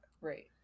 Right